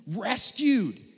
rescued